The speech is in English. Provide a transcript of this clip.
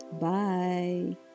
Bye